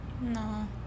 No